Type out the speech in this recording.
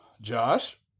Josh